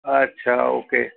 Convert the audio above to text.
અચ્છા ઓકે